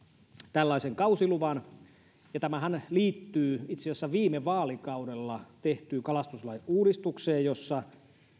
tällaisen kausiluvan tämähän liittyy itse asiassa viime vaalikaudella tehtyyn kalastuslain uudistukseen jossa